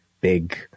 big